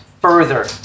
Further